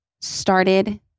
started